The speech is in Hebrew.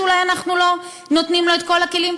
שאולי אנחנו לא נותנים לו את כל הכלים,